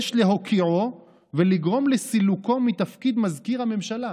יש להוקיעו ולדאוג לסילוקו מתפקיד מזכיר הממשלה.